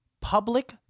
public